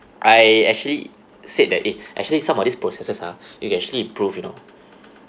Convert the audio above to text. I actually said that eh actually some of these processes ah you can actually improve you know